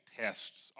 tests